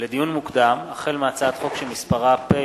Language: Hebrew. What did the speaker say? לדיון מוקדם: החל בהצעת חוק פ/1985/18